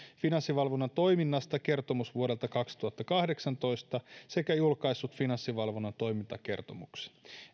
finanssivalvonnan toiminnasta kertomus vuodelta kaksituhattakahdeksantoista sekä julkaissut finanssivalvonnan toimintakertomuksen